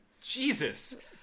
Jesus